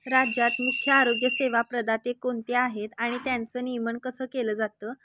राज्यात मुख्य आरोग्य सेवा प्रदाते कोणते आहेत आणि त्यांचं नियमन कसं केलं जातं